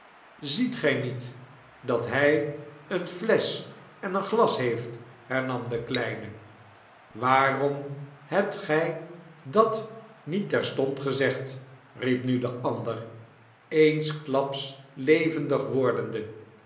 ziet gij niet dat hij eene flesch en een glas heeft hernam de kleine waarom hebt gij dat niet terstond gezegd riep nu de ander eensklaps levendig wordende